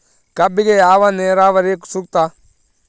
ಕಬ್ಬಿಗೆ ಯಾವ ನೇರಾವರಿ ಸೂಕ್ತ?